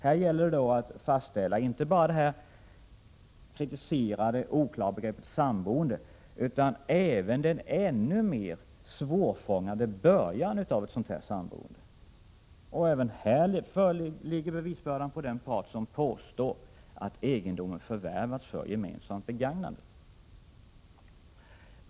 Här gäller det då att fastställa inte bara det ovan kritiserade oklara begreppet samboende utan även det ännu mer svårfångade begreppet början av ett sådant samboende. Även här ligger bevisbördan på den part som påstår att egendomen förvärvats för gemensamt begagnande.